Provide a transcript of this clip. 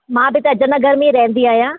मां बि त अजय नगर में ई रहंदी आहियां